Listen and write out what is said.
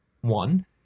one